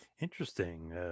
interesting